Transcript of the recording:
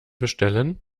bestellen